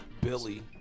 Billy